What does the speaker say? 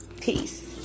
Peace